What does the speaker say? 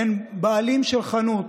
אין בעלים של חנות,